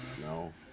no